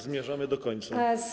Zmierzamy do końca.